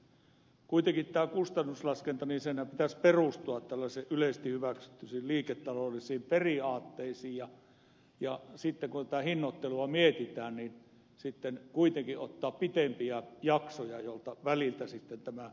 kuitenkinhan tämän kustannuslaskennan pitäisi perustua yleisesti hyväksyttyihin liiketaloudellisiin periaatteisiin ja kun tätä hinnoittelua mietitään niin pitäisi ottaa pitempiä jaksoja joilta tämä laskenta tehdään